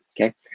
Okay